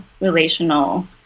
relational